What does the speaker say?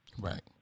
right